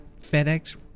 FedEx